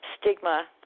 stigma